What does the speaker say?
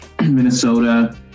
Minnesota